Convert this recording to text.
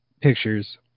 pictures